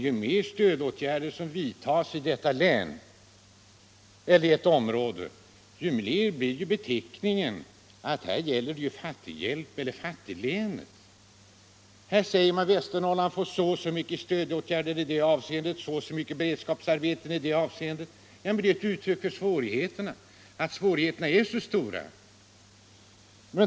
Ju mer stödåtgärder som vidtas i detta län, desto tydligare blir det att här gäller det fattighjälp åt ett fattiglän. Här säger man att Västernorrland får så och så mycket stödåtgärder i det ena avseendet och så och så mycket beredskapsarbeten i det andra avseendet — men det är bara ett uttryck för att svårigheterna är så stora.